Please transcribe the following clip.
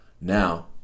Now